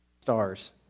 stars